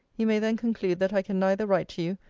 you may then conclude that i can neither write to you,